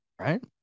right